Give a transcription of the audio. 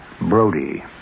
Brody